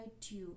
tube